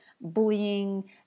bullying